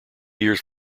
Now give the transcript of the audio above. years